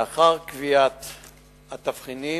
לאחר קביעת התבחינים,